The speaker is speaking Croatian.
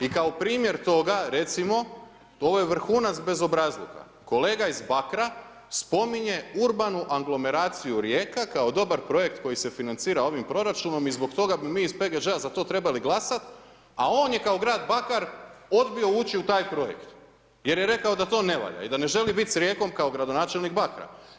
I kao primjer toga, recimo, ovo je vrhunac bezobrazluka, kolega iz Bakra spominje urbanu aglomeraciju Rijeka kao dobar projekt koji se financira ovim proračunom i zbog toga bi mi iz PGZ-a za to trebali glasati, a on je kao grad Bakar, odbio ući u taj projekt jer je rekao da to ne valja i da ne želi biti s Rijekom kao gradonačelnik Bakra.